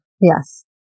yes